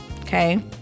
Okay